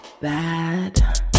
bad